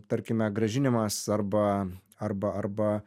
tarkime grąžinimas arba arba arba